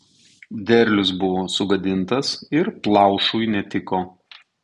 derlius buvo sugadintas ir plaušui netiko